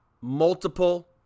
multiple